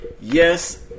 yes